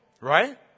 Right